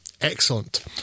Excellent